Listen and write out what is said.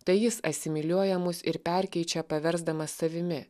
tai jis asimiliuoja mus ir perkeičia paversdamas savimi